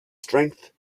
strength